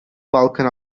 balkan